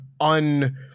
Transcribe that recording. un